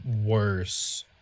worse